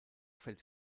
fällt